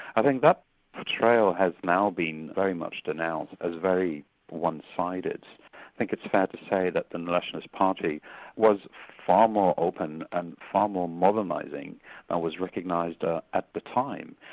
i think that portrayal has now been very much denounced as very one-sided. i think it's fair to say that the nationalist party was far more open and far more modernising and was recognised ah at the time.